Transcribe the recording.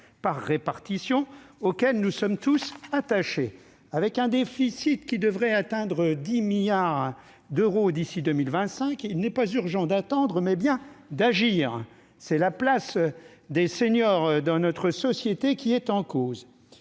par répartition, auquel nous sommes tous attachés. Avec un déficit qui devrait atteindre 10 milliards d'euros d'ici à 2025, il est urgent non pas d'attendre mais d'agir ! C'est la place des seniors dans notre société qui est en cause.